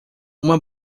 uma